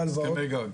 הסכמי גג.